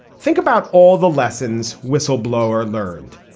think about all the lessons whistleblower learned.